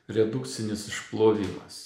redukcinis išplovimas